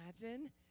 imagine